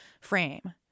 frame